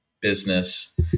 business